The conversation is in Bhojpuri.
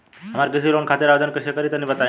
हम कृषि लोन खातिर आवेदन कइसे करि तनि बताई?